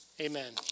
amen